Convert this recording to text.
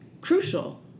crucial